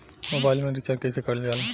Mobile में recharge कइसे करल जाला?